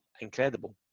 incredible